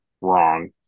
wrong